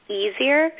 easier